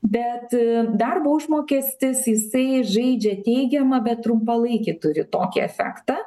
bet darbo užmokestis jisai žaidžia teigiamą bet trumpalaikį turi tokį efektą